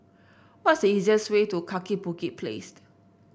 what's the easiest way to Kaki Bukit Place